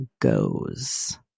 goes